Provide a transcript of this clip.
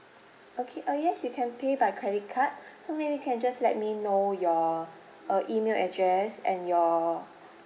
okay uh yes you can pay by credit card so maybe you can just let me know your uh email address and your